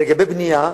לגבי בנייה,